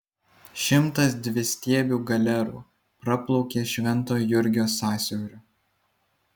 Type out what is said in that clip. šimtas dvistiebių galerų praplaukė švento jurgio sąsiauriu